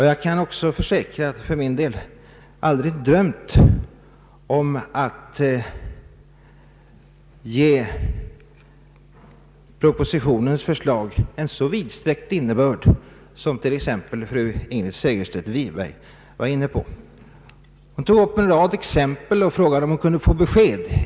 Jag kan också försäkra att jag för min del aldrig drömt om att ge propositionens förslag en så vidsträckt innebörd som t.ex. den som fru Segerstedt Wiberg var inne på. Hon tog upp en rad exempel och frågade om hon kunde få besked.